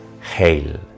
Hail